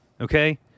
Okay